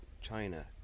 China